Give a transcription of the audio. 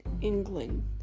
England